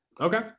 okay